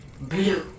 blue